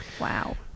Wow